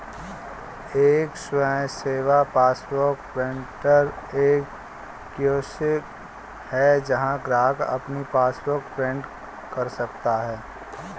एक स्वयं सेवा पासबुक प्रिंटर एक कियोस्क है जहां ग्राहक अपनी पासबुक प्रिंट कर सकता है